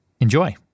enjoy